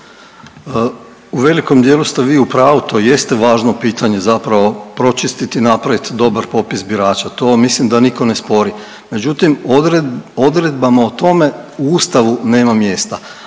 U velikom dijelu ste vi u pravu, to jest važno pitanje zapravo pročistit i napravit dobar popis birača, to mislim da niko ne spori, međutim odredbama o tome u ustavu nema mjesta,